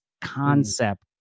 concept